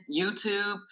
YouTube